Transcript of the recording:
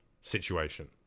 situation